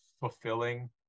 fulfilling